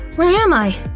where am i?